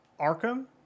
Arkham